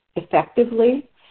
Effectively